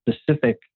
specific